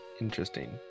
Interesting